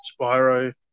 Spyro